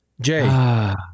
Jay